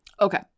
Okay